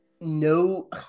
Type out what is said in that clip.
no